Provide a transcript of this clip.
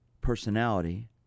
personality